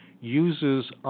uses